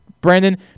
Brandon